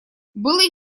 было